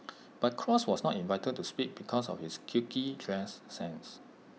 but cross was not invited to speak because of his quirky dress sense